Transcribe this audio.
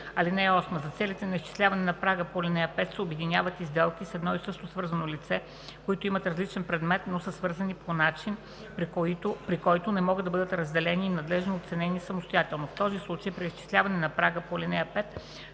заеми. (8) За целите на изчисляване на прага по ал. 5 се обединяват и сделки с едно и също свързано лице, които имат различен предмет, но са свързани по начин, при който не могат да бъдат разделени и надеждно оценени самостоятелно. В този случай при изчисляване на прага по ал. 5